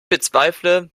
bezweifle